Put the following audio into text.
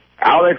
Alex